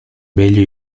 bello